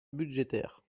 budgétaire